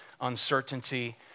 uncertainty